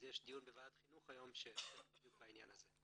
אז יש דיון היום בוועדת החינוך שיעסוק בדיוק בנושא הזה.